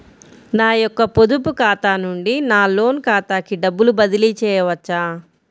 నా యొక్క పొదుపు ఖాతా నుండి నా లోన్ ఖాతాకి డబ్బులు బదిలీ చేయవచ్చా?